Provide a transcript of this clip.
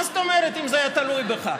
מה זאת אומרת אם זה היה תלוי בך?